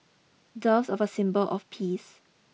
doves are a symbol of peace